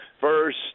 first